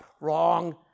Wrong